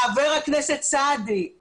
חבר הכנסת סעדי,